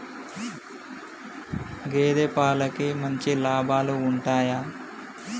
గేదే పాలకి మంచి లాభాలు ఉంటయా?